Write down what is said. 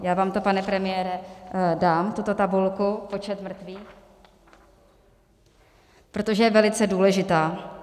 Já vám to, pane premiére, dám, tuto tabulku, počet mrtvých, protože je velice důležitá.